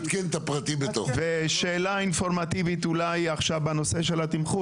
שאלה אינפורמטיבית בנושא של התמחור,